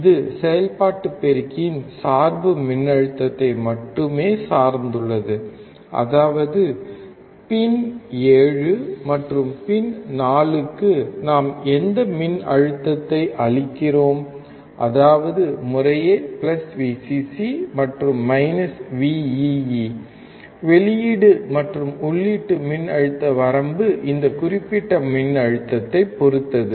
இது செயல்பாட்டு பெருக்கியின் சார்பு மின்னழுத்தத்தை மட்டுமே சார்ந்துள்ளது அதாவது பின் 7 மற்றும் பின் 4 க்கு நாம் எந்த மின்னழுத்தத்தை அளிக்கிறோம் அதாவது முறையே Vcc மற்றும் Vee வெளியீடு மற்றும் உள்ளீட்டு மின்னழுத்த வரம்பு இந்தக் குறிப்பிட்ட மின்னழுத்தத்தைப் பொறுத்தது